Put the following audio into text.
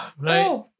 Right